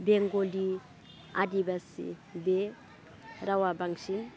बेंगलि आदिबासि बे रावा बांसिन